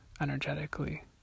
energetically